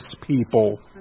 people